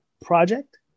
project